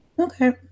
Okay